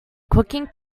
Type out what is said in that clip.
cooking